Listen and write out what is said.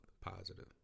positive